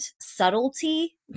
subtlety